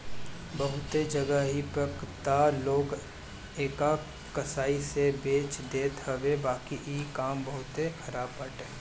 बहुते जगही पे तअ लोग एके कसाई से बेच देत हवे बाकी इ काम बहुते खराब बाटे